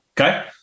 Okay